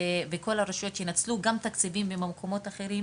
כדי שגם כל הרשויות וגם מקומות אחרים,